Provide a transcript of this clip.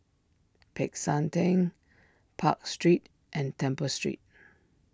Peck San theng Park Street and Temple Street